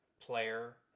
player